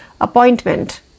appointment